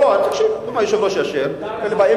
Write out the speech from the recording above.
אם היושב-ראש יאשר, אין לי בעיה.